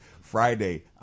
Friday